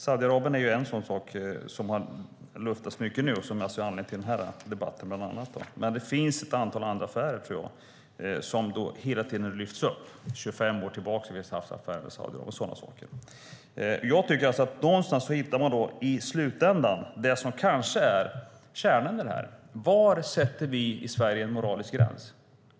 Saudiarabien är en sådan sak som har luftats mycket nu och som bland annat är anledningen till den här debatten, men det finns ett antal andra affärer 25 år tillbaka i tiden som hela tiden lyfts upp. I slutändan hittar man det som kanske är kärnan i det här: Var sätter vi i Sverige en moralisk gräns?